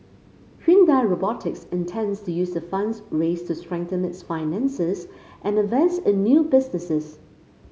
Hyundai Robotics intends to use the funds raised to strengthen its finances and invest in new businesses